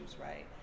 right